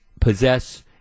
possess